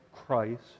Christ